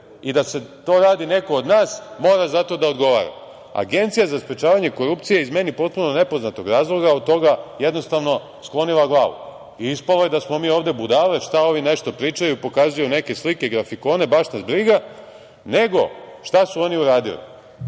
i da to radi neko od nas mora za to da odgovara. Agencija za sprečavanje korupcije je, iz meni potpuno nepoznatog razloga, od toga jednostavno sklonila glavu. Ispalo je da smo mi ovde budale, šta ovi nešto pričaju, pokazuju neke slike, grafikone, baš nas briga, nego šta su oni uradili?